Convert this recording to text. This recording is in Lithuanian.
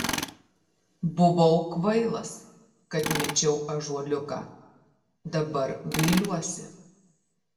buvau kvailas kad mečiau ąžuoliuką dabar gailiuosi